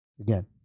again